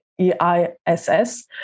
EISS